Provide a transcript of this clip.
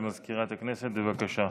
הודעה למזכירת הכנסת, בבקשה.